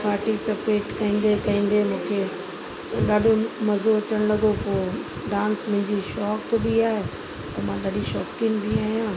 participate कंदे कंदे मूंखे ॾाढो मज़ो अचण लॻो पोइ डांस में जीअं शौक़ु बि आहे ऐं मां ॾाढी शौक़ीन बि आहियां